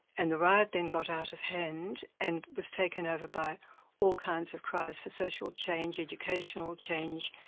and the riot then got out of hand and was taken over by all kinds of cries for social change, educational change,